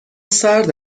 سرد